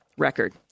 record